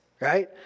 right